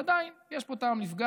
ועדיין יש פה טעם לפגם,